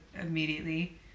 immediately